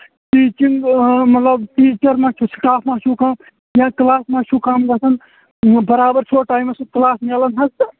teaching مطلَب teacher مہ چھُ سٹاف مہ چھُ کَم یا کٕلاس ما چھُو کَم گَژَھان بَرابَر چھُوا ٹایِمَس پٮ۪ٹھ کٕلاس ملَان حظ تہٕ